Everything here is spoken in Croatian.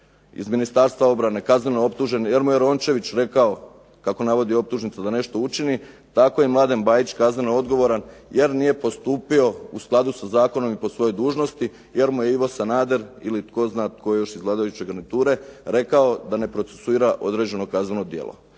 iz Ministarstva obrane kazneno optužen jer mu je Rončević rekao, kako navodi u optužnici da nešto učini, tako je Mladen Bajić kazneno odgovoran jer nije postupio u skladu sa zakonom i po svojoj dužnosti jer mu je Ivo Sanader ili tko zna tko još iz vladajuće garniture rekao da ne procesuira određeno kazneno djelo.